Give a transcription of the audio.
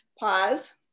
Pause